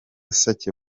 sake